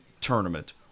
tournament